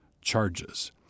charges